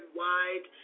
wide